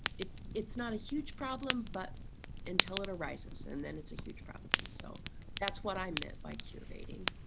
it's it's not a huge problem but until it arises, and then it's a huge problem so that's what i meant by curating.